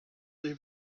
they